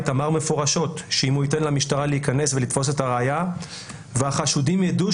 אמר מפורשות שאם הוא ייתן למשטרה להיכנס ולתפוס את הראיה והחשודים ידעו